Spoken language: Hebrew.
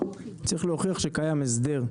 צריך להוכיח שקיים הסדר.